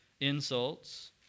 insults